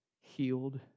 healed